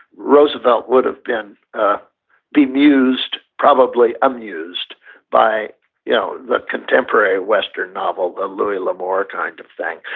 roosevelt would've been bemused, probably amused by you know the contemporary western novel, a louis l'amour kind of thing.